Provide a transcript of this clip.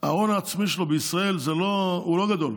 ההון העצמי שלו בישראל הוא לא גדול.